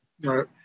Right